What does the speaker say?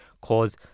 cause